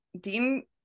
Dean